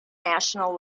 national